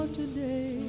today